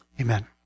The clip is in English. Amen